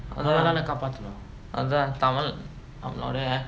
அதா தமிழ் என்னோட:athaa tamil ennoda